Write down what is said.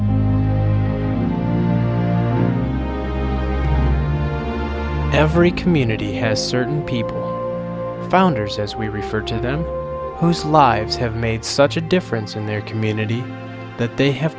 every community has certain people founders as we refer to them lives have made such a difference in their community that they have